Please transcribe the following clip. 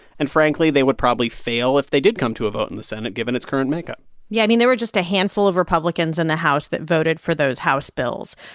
and frankly, they would probably fail if they did come to a vote in the senate, given its current makeup yeah. i mean, there were just a handful of republicans in the house that voted for those house bills.